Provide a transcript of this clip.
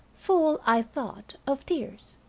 full, i thought, of tears.